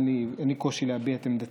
אין לי קושי להביע את עמדתי.